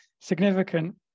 significant